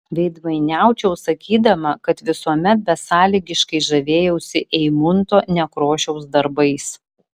veidmainiaučiau sakydama kad visuomet besąlygiškai žavėjausi eimunto nekrošiaus darbais